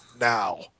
now